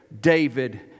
David